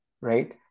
right